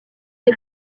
ses